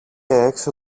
έξω